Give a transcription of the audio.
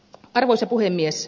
arvoisa puhemies